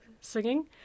singing